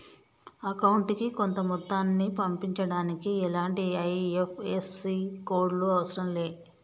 అకౌంటుకి కొంత మొత్తాన్ని పంపించడానికి ఎలాంటి ఐ.ఎఫ్.ఎస్.సి కోడ్ లు అవసరం లే